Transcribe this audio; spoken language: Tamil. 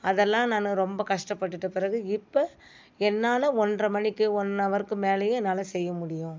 அதெல்லாம் நான் ரொம்ப கஷ்டபட்டுவிட்ட பிறகு இப்போ என்னால் ஒன்றரை மணிக்கு ஒன் ஹவருக்கு மேலையே என்னால் செய்ய முடியும்